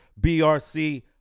BRC